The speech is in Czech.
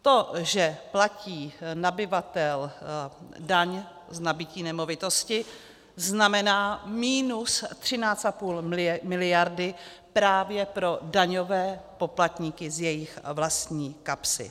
To, že platí nabyvatel daň z nabytí nemovitosti, znamená minus 13,5 miliardy právě pro daňové poplatníky z jejich vlastní kapsy.